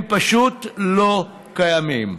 הם פשוט לא קיימים.